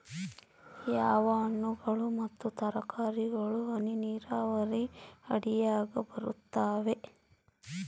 ಯಾವ ಹಣ್ಣುಗಳು ಮತ್ತು ತರಕಾರಿಗಳು ಹನಿ ನೇರಾವರಿ ಅಡಿಯಾಗ ಬರುತ್ತವೆ?